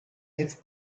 his